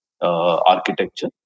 architecture